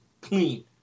clean